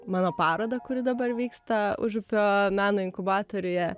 mano parodą kuri dabar vyksta užupio meno inkubatoriuje